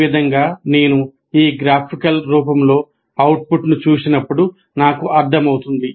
ఈ విధంగా నేను ఈ గ్రాఫికల్ రూపంలో అవుట్పుట్ను చూసినప్పుడు నాకు అర్ధమవుతుంది